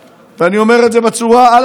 ואני אומר את זה על השולחן.